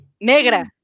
negra